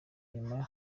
inyuma